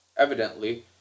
Evidently